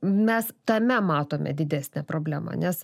mes tame matome didesnę problemą nes